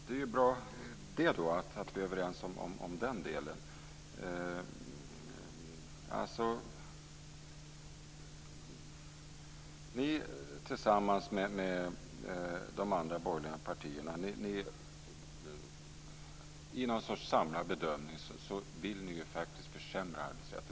Fru talman! Det är bra att vi är överens om den delen. Ni vill, tillsammans med de andra borgerliga partierna i någon sorts samlad bedömning, försämra arbetsrätten.